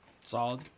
Solid